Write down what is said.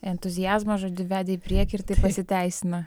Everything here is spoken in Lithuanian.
entuziazmas žodžiu vedė į priekį ir tai pasiteisina